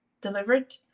delivered